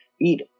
eat